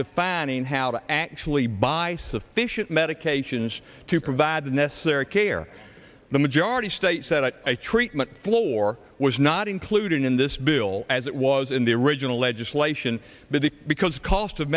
fanning how to actually buy sufficient medications to provide the necessary care the majority states that treatment floor was not included in this bill as it was in the original legislation that is because the cost of